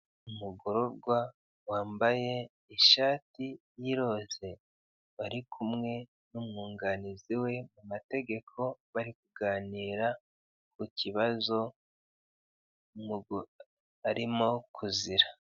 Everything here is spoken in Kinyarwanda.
Umugororwa wambaye ishati y'iroze bari kumwe n'umwunganizi we mu mategeko barikuganira ku kibazo umugo arimo kuzira.